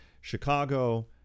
Chicago